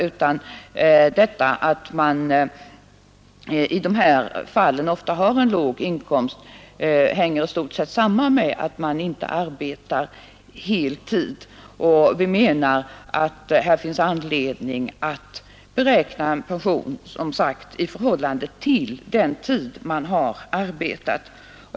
Att de arbetstagare som det här gäller ofta har en låg inkomst hänger samman med att de inte arbetar hel tid. Vi menar att det finns anledning att för dessa grupper beräkna pensionspoäng i förhållande till den tid vederbörande har arbetat.